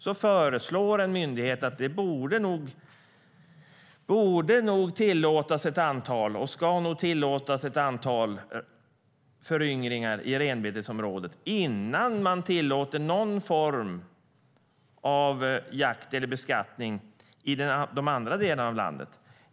Då föreslår en myndighet att det nog borde och ska tillåtas ett antal föryngringar i renbetesområdet - innan man tillåter någon form av jakt eller beskattning i de andra delarna av landet.